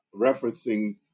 referencing